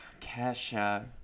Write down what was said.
Kesha